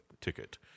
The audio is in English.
ticket